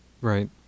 Right